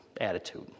attitude